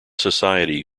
society